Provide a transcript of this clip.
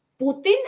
Putin